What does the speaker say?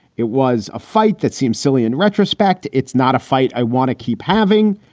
it was a fight that seems silly in retrospect. it's not a fight i want to keep having.